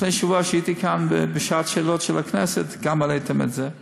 לפני שבוע כשהייתי כאן בשעת שאלות של הכנסת גם העליתם את זה,